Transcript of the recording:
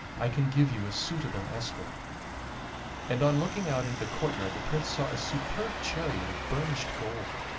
i can give you a suitable escort and on looking out into the courtyard the prince saw a superb chariot of burnished gold,